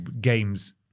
games